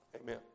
amen